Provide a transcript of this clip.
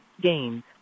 Games